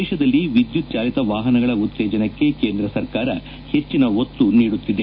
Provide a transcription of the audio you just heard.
ದೇಶದಲ್ಲಿ ವಿದ್ಯುತ್ ಚಾಲಿತ ವಾಹನಗಳ ಉತ್ತೇಜನಕ್ಕೆ ಕೇಂದ್ರ ಸರಕಾರ ಹೆಚ್ಚಿನ ಒತ್ತು ನೀಡುತ್ತಿದೆ